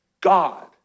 God